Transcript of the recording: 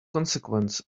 consequence